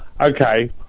Okay